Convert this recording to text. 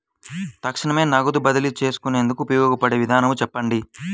తక్షణమే నగదు బదిలీ చేసుకునేందుకు ఉపయోగపడే విధానము చెప్పండి?